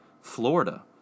Florida